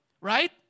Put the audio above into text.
Right